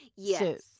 Yes